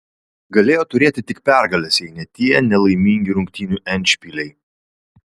galėjo turėti tik pergales jei ne tie nelaimingi rungtynių endšpiliai